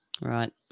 Right